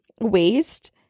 waist